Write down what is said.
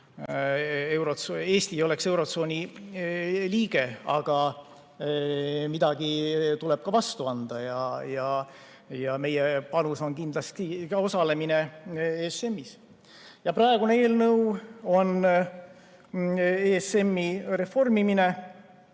Eesti ei oleks olnud eurotsooni liige. Aga midagi tuleb ka vastu anda ja meie panus on kindlasti osalemine ESM‑is. Praeguse eelnõu [sisu] on ESM‑i reformimine.